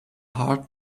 heart